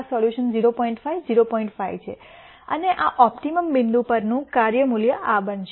5 છે અને આ ઓપ્ટિમમ બિંદુ પરનું કાર્ય મૂલ્ય આ બનશે